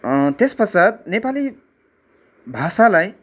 त्यस पश्चात् नेपाली भाषालाई